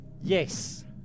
Yes